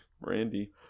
brandy